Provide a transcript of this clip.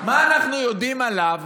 מה אנחנו יודעים עליו